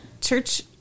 church